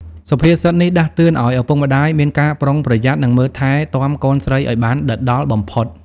សុភាសិតនេះដាស់តឿនឱ្យឪពុកម្ដាយមានការប្រុងប្រយ័ត្ន និងមើលថែទាំកូនស្រីឱ្យបានដិតដល់បំផុត។